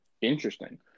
interesting